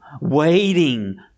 waiting